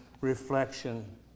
reflection